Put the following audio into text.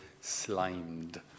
slimed